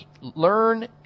learn